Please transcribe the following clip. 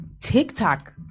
TikTok